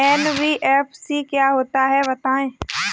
NBFC क्या होता है बताएँ?